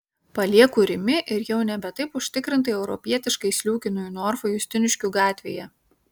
palieku rimi ir jau nebe taip užtikrintai europietiškai sliūkinu į norfą justiniškių gatvėje